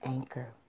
Anchor